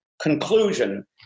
conclusion